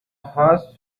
هاست